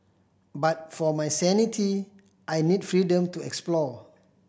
but for my sanity I need freedom to explore